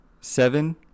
seven